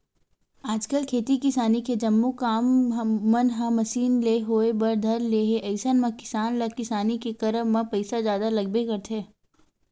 आजकल खेती किसानी के जम्मो काम मन ह मसीन ले होय बर धर ले हे अइसन म किसान ल किसानी के करब म पइसा जादा लगबे करथे